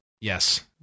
Yes